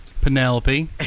Penelope